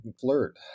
flirt